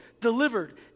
delivered